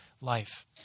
life